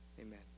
Amen